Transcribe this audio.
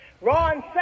Ron